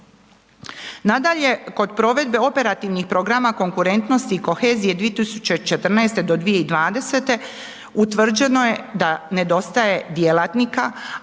Nadalje, kod provedbe operativnih programa, konkurentnosti i kohezije 2014.-2020. utvrđeno je da ne dostaje djelatnika,